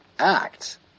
Act